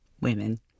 women